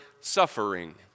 suffering